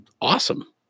awesome